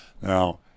Now